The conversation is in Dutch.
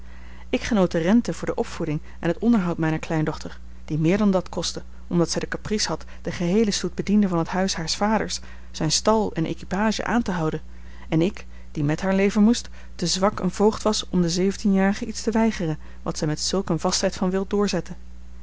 ik genoot de renten voor de opvoeding en het onderhoud mijner kleindochter die meer dan dat kostte omdat zij de caprice had den geheelen stoet bedienden van het huis haars vaders zijn stal en equipage aan te houden en ik die met haar leven moest te zwak een voogd was om de zeventienjarige iets te weigeren wat zij met zulk eene vastheid van wil doorzette